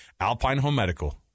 alpinehomemedical